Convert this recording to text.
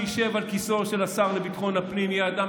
ושאדם שישב על כיסאו של השר לביטחון הפנים יהיה אדם